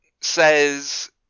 says